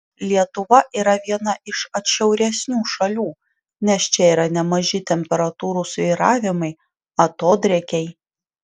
lietuva yra viena iš atšiauresnių šalių nes čia yra nemaži temperatūrų svyravimai atodrėkiai